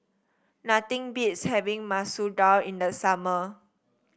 nothing beats having Masoor Dal in the summer